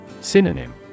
Synonym